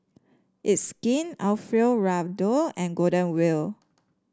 It's Skin Alfio Raldo and Golden Wheel